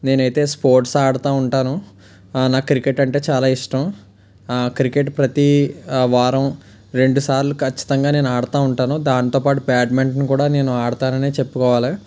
నేనైతే స్పోర్ట్స్ ఆడుతు ఉంటాను నాకు క్రికెట్ అంటే చాలా ఇష్టం క్రికెట్ ప్రతి వారం రెండుసార్లు ఖచ్చితంగా నేను ఆడతు ఉంటాను దానితోపాటు బ్యాడ్మింటన్ కూడా నేను ఆడతానని చెప్పుకోవాలి